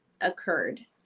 occurred